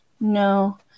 No